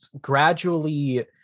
gradually